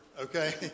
Okay